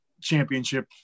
championship